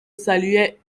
saluait